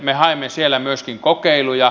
me haemme siellä myöskin kokeiluja